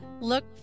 Look